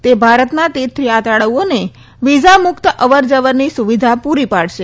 તે ભારતના તીર્થથાત્રાળુઓને વિઝા મુક્ત અવરજનવરની સુવિધા પુરી પાડશે